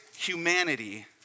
Humanity